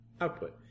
output